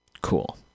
Cool